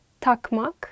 takmak